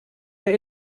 der